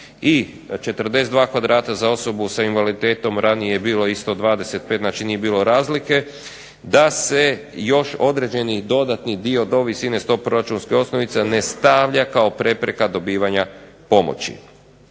i 42 kvadrata za osobu s invaliditetom ranije je bilo 125 nije bilo razlike, da se još određeni dodatni dio do visine 100 proračunske osnovice ne stavlja kao prepreka dobivanja pomoći.